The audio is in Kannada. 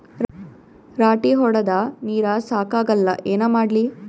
ರಾಟಿ ಹೊಡದ ನೀರ ಸಾಕಾಗಲ್ಲ ಏನ ಮಾಡ್ಲಿ?